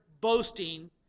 boasting